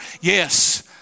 Yes